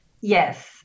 Yes